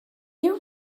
you